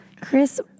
Chris